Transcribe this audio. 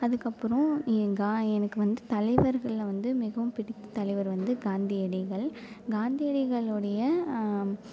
அதுக்கப்புறம் எங்கா எனக்கு வந்து தலைவர்களில் வந்து மிகவும் பிடித்த தலைவர் வந்து காந்தியடிகள் காந்தியடிகள் உடைய